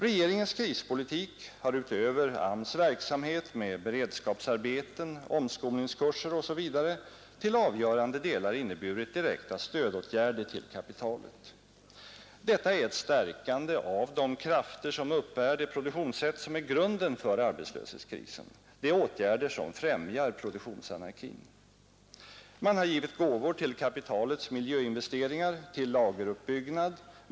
Regeringens krispolitik har utöver AMS:s verksamhet med beredskapsarbeten, omskolningskurser osv. till avgörande delar inneburit direkta stödåtgärder till kapitalet. Detta är ett stärkande av de krafter som uppbär det produktionssätt som är grunden för arbetslöshetskrisen — det är åtgärder som främjar produktionsanarkin. Man har givit gåvor till kapitalets miljöinvesteringar och lageruppbyggnad.